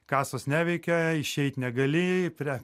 kasos neveikia išeit negali pre